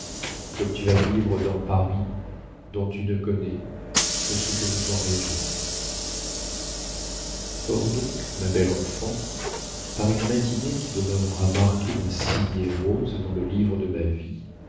comme tu vas vivre dans paris dont tu ne connais que ce que nous en rêvions or donc ma belle enfant par une matinée qui demeurera marquée d'un signet rose dans le livre de ma vie